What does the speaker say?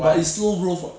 but it's slow growth [what]